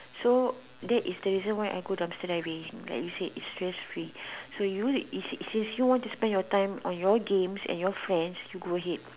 so that is the reason why I go dumpster diving like you said it's stress free so you since you want to spend your time on your games and your friends you go ahead